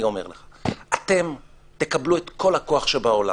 אתם תקבלו את כל הכוח שבעולם.